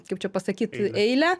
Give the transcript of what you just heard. kaip čia pasakyt eilę